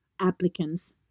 applicants